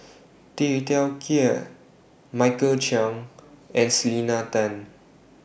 Tay Teow Kiat Michael Chiang and Selena Tan